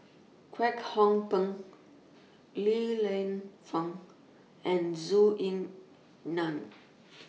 Kwek Hong Png Li Lienfung and Zhou Ying NAN